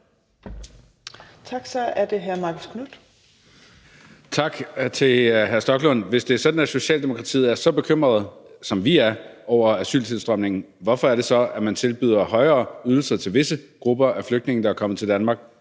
Marcus Knuth (KF): Tak til hr. Rasmus Stoklund. Hvis det er sådan, at Socialdemokratiet er lige så bekymrede, som vi er, over asyltilstrømningen, hvorfor er det så, at man tilbyder højere ydelser til visse grupper af flygtninge, der er kommet til Danmark,